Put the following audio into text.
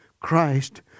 Christ